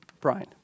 Brian